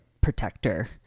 protector